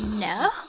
no